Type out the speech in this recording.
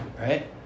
Right